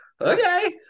okay